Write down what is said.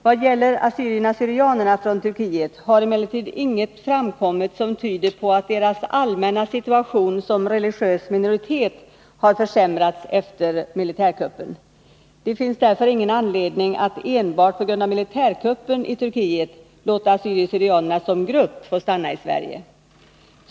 Vad gäller assyrierna syrianer som grupp få stanna i Sverige.